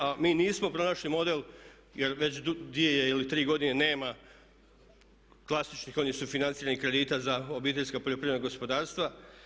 A mi nismo pronašli model jer već 2 ili 3 godine nema klasičnih onih sufinanciranih kredita za obiteljska poljoprivredna gospodarstva.